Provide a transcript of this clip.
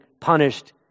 punished